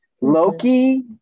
Loki